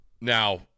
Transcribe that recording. Now